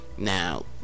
now